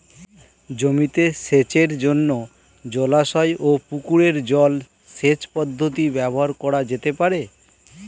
জমিতে সেচের জন্য জলাশয় ও পুকুরের জল সেচ পদ্ধতি ব্যবহার করা যেতে পারে?